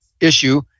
issue